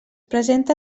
presenta